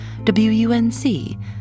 WUNC